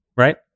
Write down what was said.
right